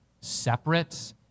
separate